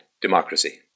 democracy